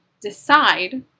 decide